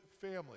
family